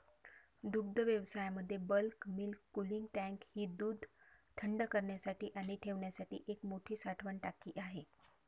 दुग्धव्यवसायामध्ये bulk milk cooling tank ही दूध थंड करण्यासाठी आणि ठेवण्यासाठी एक मोठी साठवण टाकी आहे